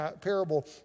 parable